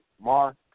Mark